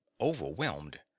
overwhelmed